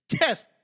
yes